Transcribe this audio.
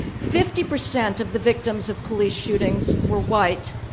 fifty percent of the victims of police shootings were white,